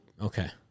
okay